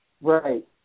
Right